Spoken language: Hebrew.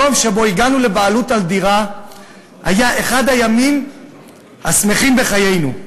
היום שבו הגענו לבעלות על דירה היה אחד הימים השמחים בחיינו.